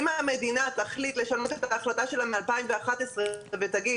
אם המדינה תחליט לשנות את ההחלטה שלה מ-2011 ותגיד,